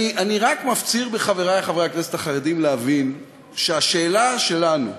אני רק מפציר בחברי חברי הכנסת החרדים להבין שהשאלה שלנו,